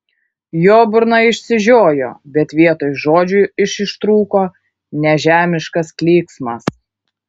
jo burna išsižiojo bet vietoj žodžių iš ištrūko nežemiškas klyksmas